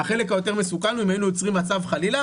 החלק היותר מסוכן הוא אם היינו יוצרים מצב חלילה